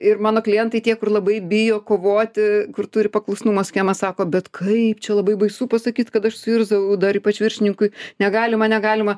ir mano klientai tie kur labai bijo kovoti kur turi paklusnumo schemas sako bet kaip čia labai baisu pasakyt kad aš suirzau dar ypač viršininkui negalima negalima